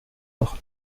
noch